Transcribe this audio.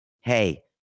hey